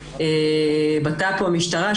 ושבט"פ או המשטרה,